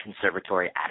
conservatory